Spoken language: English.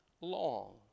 long